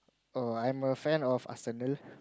oh I'm a fan of Arsenal